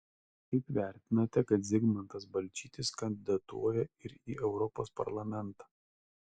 kaip vertinate kad zigmantas balčytis kandidatuoja ir į europos parlamentą